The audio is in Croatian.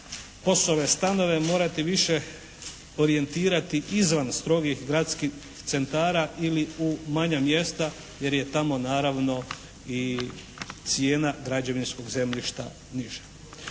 POS-ove stanove morati više orijentirati izvan strogih gradskih centara ili u manja mjesta jer je tamo naravno i cijena građevinskog zemljišta niža.